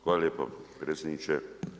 Hvala lijepo predsjedniče.